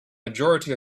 majority